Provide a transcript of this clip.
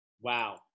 Wow